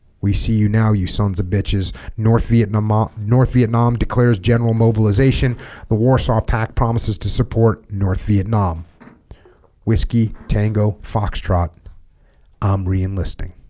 we see you now you sons of bitches north vietnam um north vietnam declares general mobilization the warsaw pact promises to support north vietnam whiskey tango foxtrot i'm re-enlisting